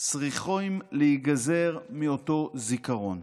צריכות להיגזר מאותו זיכרון.